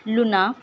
luna